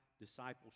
discipleship